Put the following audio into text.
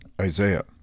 Isaiah